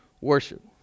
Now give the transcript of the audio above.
worship